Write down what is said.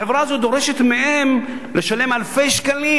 החברה הזאת דורשת מהם לשלם אלפי שקלים,